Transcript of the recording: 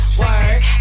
work